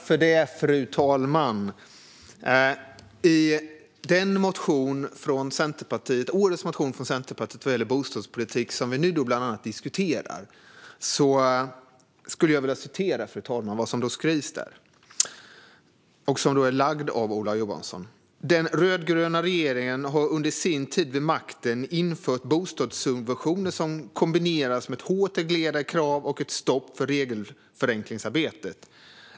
Fru talman! Jag skulle vilja citera ur årets motion från Centerpartiet vad gäller bostadspolitik, väckt av Ola Johansson, som vi nu bland annat diskuterar: "Den rödgröna regeringen har under sin tid vid makten infört bostadssubventioner som kombinerats med hårt reglerade krav och ett stopp för regelförenklingsarbetet.